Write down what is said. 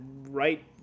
right